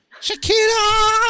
Shakira